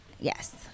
Yes